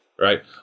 right